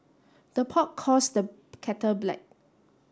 the pot calls the kettle black